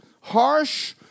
Harsh